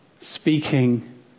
speaking